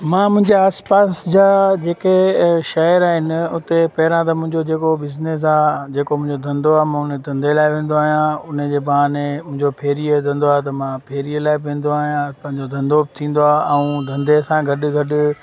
मां मुंहिंजे आस पास जा जेके शहर आहिनि उते पहिरां त मुंहिंजो जेको बिजनेस आहे जेको मुंहिंजो धंदो आहे मां उन धंदे लाइ वेंदो आहियां उनजे बहाने मुंहिंजो फेरीअ जो धंदो आहे त मां फेरीअ लाइ बि वेंदो आहियां पंहिंजो धंदो बि थींदो आहे ऐं धंदे सां गॾु गॾु